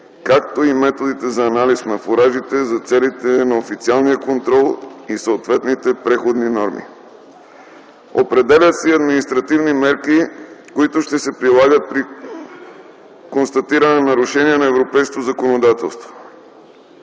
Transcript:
както и методите за анализ на фуражите за целите на официалния контрол и съответните преходни норми. Определят се и административни мерки, които ще се прилагат при констатиране на нарушения на европейското законодателство.